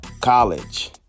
college